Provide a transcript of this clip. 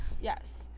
Yes